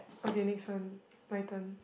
okay next one my turn